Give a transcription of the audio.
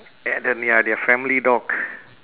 and then ya their family dog